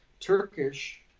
Turkish